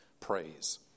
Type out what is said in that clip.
Praise